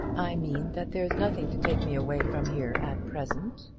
i mean that there's nothing to take me away from here at present.